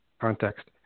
context